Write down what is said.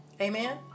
amen